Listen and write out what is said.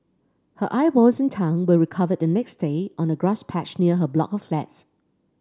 her eyeballs and tongue were recovered the next day on a grass patch near her block of flats